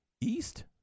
East